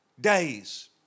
days